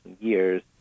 years